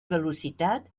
velocitat